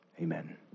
Amen